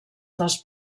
dels